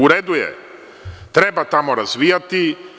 U redu je, treba tamo razvijati.